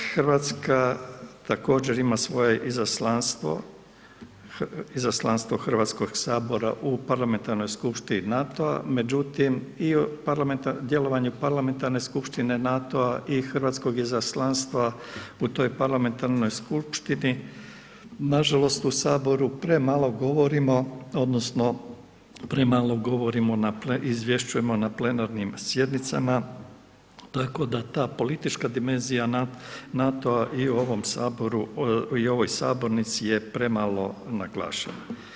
Hrvatska također ima svoje izaslanstvo, izaslanstvo Hrvatskog sabora u Parlamentarnoj skupštini NATO-a, međutim i djelovanje Parlamentarne skupštine NATO-a i hrvatskog izaslanstva u toj parlamentarnoj skupštini nažalost u saboru premalo govorimo odnosno premalo govorimo na, izvješćujemo na plenarnim sjednicama tako da ta politička dimenzija NATO-a i u ovom saboru i u sabornici je premalo naglašena.